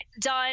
done